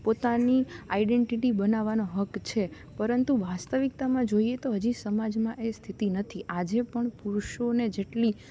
પોતાની આઇડેન્ટિટી બનાવવાનો હક છે પરંતુ વાસ્તવિકતામાં જોઈએ તો હજી સમાજમાં એ સ્થિતિ નથી આજે પણ પુરુષોને જેટલી